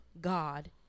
God